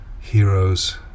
heroes